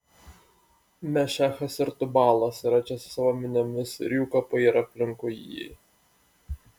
mešechas ir tubalas yra čia su savo miniomis ir jų kapai yra aplinkui jį